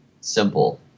simple